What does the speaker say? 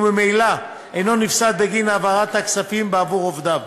וממילא אינו נפסד בגין העברת הכספים בעבור עובדיו.